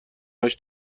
همش